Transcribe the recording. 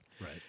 Right